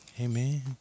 Amen